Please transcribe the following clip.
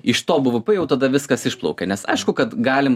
iš to bvp jau tada viskas išplaukia nes aišku kad galim